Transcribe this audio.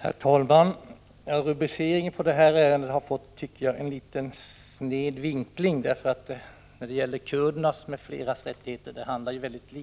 Herr talman! Talarlistans rubrik på detta ärende, kurdernas m.fl. rättigheter, ger en sned bild av betänkandets innehåll. Det handlar egentligen